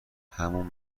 همون